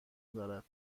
دارد